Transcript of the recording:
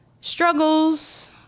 struggles